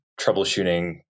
troubleshooting